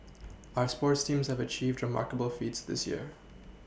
our sports teams have achieved remarkable feats this year